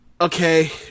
okay